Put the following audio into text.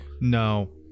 No